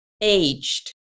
aged